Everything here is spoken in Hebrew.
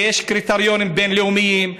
ויש קריטריונים בין-לאומיים,